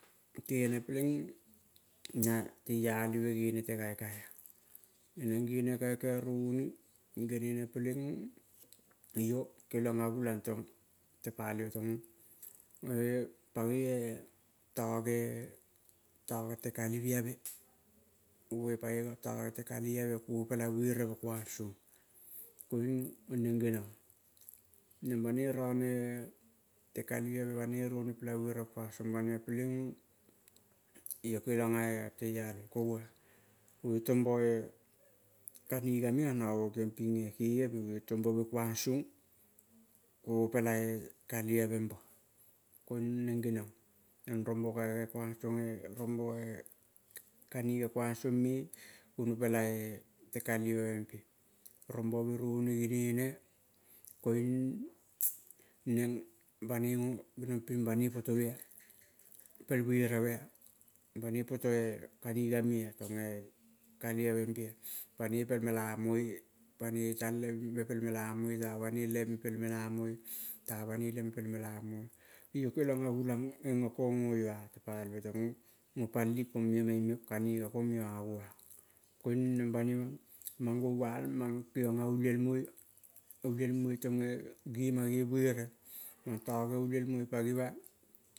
Kegene peienging teialive gene te kaikai ah. Neng gene kaikai roni genene pekenging iyo keliong toge, toge te kaliave goge pagoi toge te kaliave kuogo pele buereve kuang song. Koing neng geniong neng banoi rone tekaliave ba noi roni pele beureve kuang song banima pelenging iyo keliong a teialive kogo ah, goge tombo eh, kanigs me-o nago go kegiong ping en kegeve tombove kuang song kuogo pela eh kaliave bo. Kiong neng geniong neng rombo kaikai, tong eh rombo eh kaniga kuang song me guono pela eh tekalive pe. Rombo me roni genene koing neng banoi geniong ping banoi moto me ah tong eh kaliave be ah banoi pel mela mo-e ta banoi leme pel mela mo-e iyo keliong ah gulang gongo gong go iyo ah. Kong neng banima mange gowall mange kegiong ah ulielmoi tong eh gema ge buere mang toge ulielmo